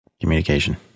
Communication